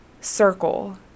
circle